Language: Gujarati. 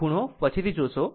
ખૂણો પછીથી જોશો